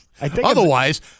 Otherwise